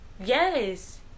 Yes